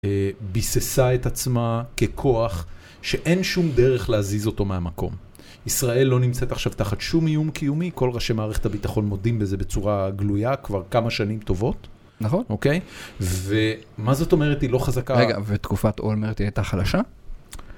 ביססה את עצמה ככוח, שאין שום דרך להזיז אותו מהמקום. ישראל לא נמצאת עכשיו תחת שום איום קיומי, כל ראשי מערכת הביטחון מודים בזה בצורה גלויה, כבר כמה שנים טובות. נכון. ומה זאת אומרת היא לא חזקה... רגע, ותקופת אולמרט הייתה חלשה?